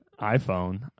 iphone